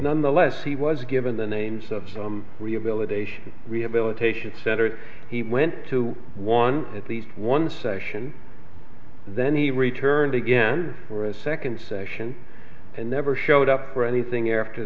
nonetheless he was given the names of some rehabilitation rehabilitation center he went to one at least one session then he returned again for a second session and never showed up for anything after